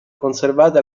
conservate